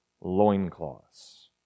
loincloths